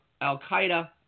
Al-Qaeda